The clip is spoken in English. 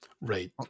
Right